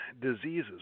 diseases